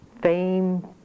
fame